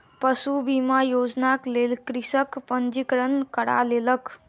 पशु बीमा योजनाक लेल कृषक पंजीकरण करा लेलक